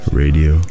radio